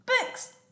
Books